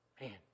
Man